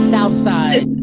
Southside